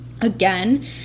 Again